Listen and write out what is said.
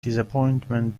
disappointment